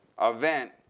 event